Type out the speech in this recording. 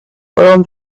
around